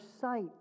sight